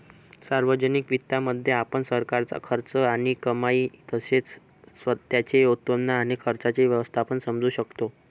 सार्वजनिक वित्तामध्ये, आपण सरकारचा खर्च आणि कमाई तसेच त्याचे उत्पन्न आणि खर्चाचे व्यवस्थापन समजू शकतो